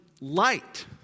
light